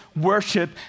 worship